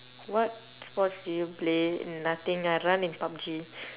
what sports do you play nothing I run in PUB-G